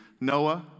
Noah